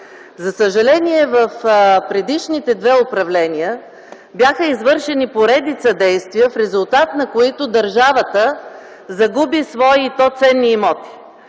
За съжаление в предишните две управления бяха извършени поредица действия, в резултат на които държавата загуби свои, и то ценни имоти.